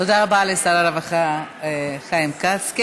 תודה רבה לשר הרווחה חיים כץ.